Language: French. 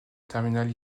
terminale